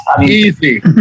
Easy